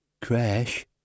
Crash